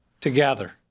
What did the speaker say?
together